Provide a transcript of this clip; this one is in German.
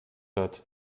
hat